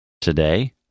Today